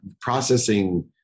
processing